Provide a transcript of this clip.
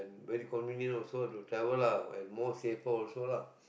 very convenient also to travel lah like more safer also lah